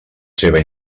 seva